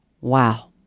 Wow